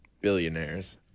billionaires